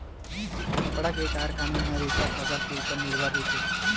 कपड़ा के कारखाना ह रेसा फसल के उपर निरभर रहिथे